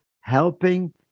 helping